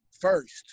first